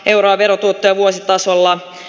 euroveron tuottoa vuositasolla